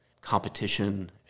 competition